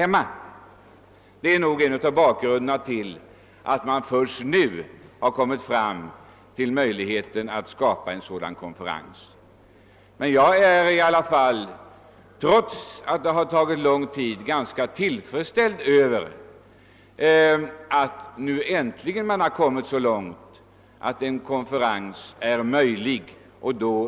Detta är förmodligen en av bakgrunderna till att man först nu har kommit fram till möjligheten att skapa en sådan konferens. Jag är i alla fall — trots att det har tagit lång tid — ganska tillfredsställd med att man nu äntligen kommit så långt att en konferens är möjlig